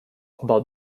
about